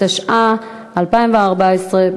התשע"ה 2014,